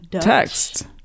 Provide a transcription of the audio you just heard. text